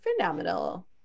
phenomenal